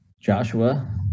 Joshua